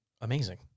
amazing